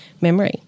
memory